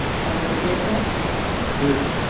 seven ok with that good.